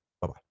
Bye-bye